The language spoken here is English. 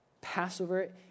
Passover